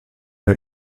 der